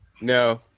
no